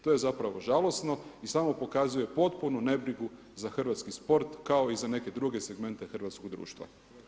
To je zapravo žalosno i samo pokazuje potpunu nebrigu za hrvatski sport kao i za neke druge segmente hrvatskog društva.